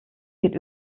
geht